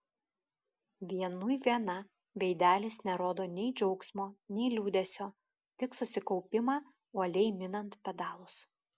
vienui viena veidelis nerodo nei džiaugsmo nei liūdesio tik susikaupimą uoliai minant pedalus